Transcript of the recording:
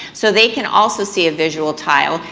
so they can also see a visual tile.